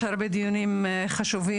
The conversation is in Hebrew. יש הרבה דיונים חשובים,